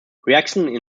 reactions